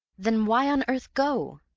then why on earth go?